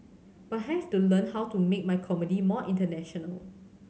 but have to learn how to make my comedy more international